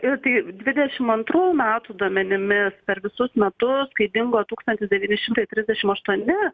ir tai dvidešimt antrų metų duomenimis per visus metus kai dingo tūkstantis devyni šimtai trisdešimt aštuoni